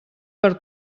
per